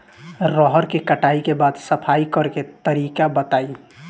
रहर के कटाई के बाद सफाई करेके तरीका बताइ?